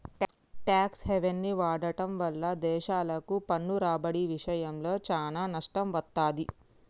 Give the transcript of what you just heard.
tax హెవెన్ని వాడటం వల్ల దేశాలకు పన్ను రాబడి ఇషయంలో చానా నష్టం వత్తది